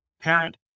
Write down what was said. parent